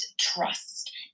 trust